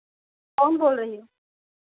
कौन बोल रही हो